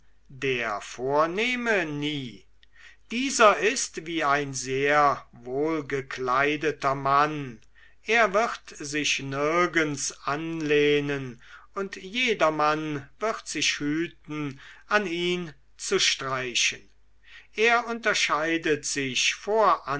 der vornehme nie dieser ist wie ein sehr wohlgekleideter mann er wird sich nirgends anlehnen und jedermann wird sich hüten an ihn zu streichen er unterscheidet sich vor